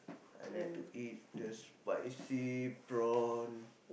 I like to eat the spicy prawn